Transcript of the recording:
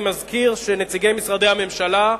אני מזכיר שנציגי משרדי הממשלה,